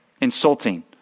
Insulting